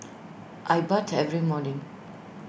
I bathe every morning